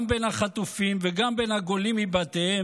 גם בין החטופים וגם בין הגולם מבתיהם,